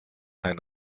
ein